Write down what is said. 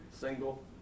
single